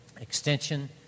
extension